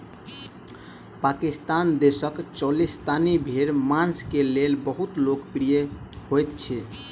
पाकिस्तान देशक चोलिस्तानी भेड़ मांस के लेल बहुत लोकप्रिय होइत अछि